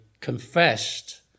confessed